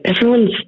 everyone's